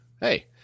Hey